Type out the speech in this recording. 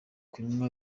kumvwa